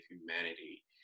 humanity